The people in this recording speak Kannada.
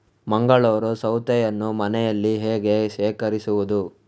ಮಂಗಳೂರು ಸೌತೆಯನ್ನು ಮನೆಯಲ್ಲಿ ಹೇಗೆ ಶೇಖರಿಸುವುದು?